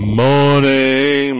morning